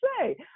say